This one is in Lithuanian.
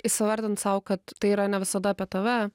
įsivardint sau kad tai yra ne visada apie tave